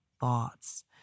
thoughts